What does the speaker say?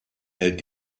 hält